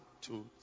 two